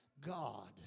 God